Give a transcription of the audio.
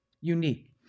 unique